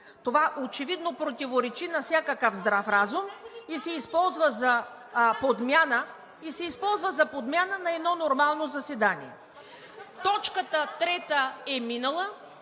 Това очевидно противоречи на всякакъв здрав разум. Използва се за подмяна на едно нормално заседание. Точка трета е минала.